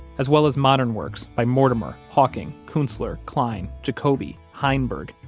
as well as modern works by mortimer, hawking, kunstler, klein, jacoby, heinberg,